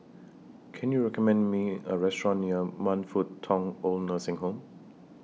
Can YOU recommend Me A Restaurant near Man Fut Tong Old Nursing Home